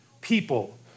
people